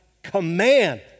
command